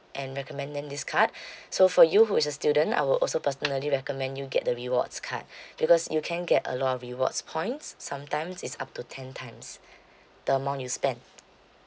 and recommend them this card so for you who is a student I will also personally recommend you get the rewards card because you can get a lot of rewards points sometimes is up to ten times the amount you spend